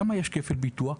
למה יש כפל ביטוח?